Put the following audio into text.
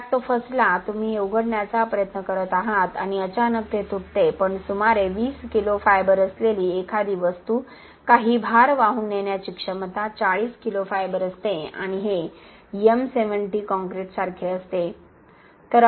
crack तो फसला तुम्ही हे उघडण्याचा प्रयत्न करत आहात आणि अचानक ते तुटते पण सुमारे 20 किलो फायबर असलेली एखादी वस्तू काही भार वाहून नेण्याची क्षमता 40 किलो फायबर असते आणि हे M70 कॉंक्रिटसारखे असते